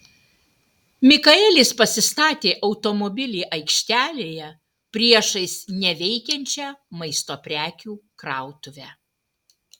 mikaelis pasistatė automobilį aikštelėje priešais neveikiančią maisto prekių krautuvę